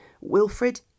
Wilfred